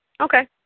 Okay